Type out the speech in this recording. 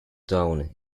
town